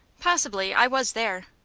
possibly. i was there.